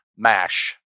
mash